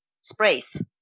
sprays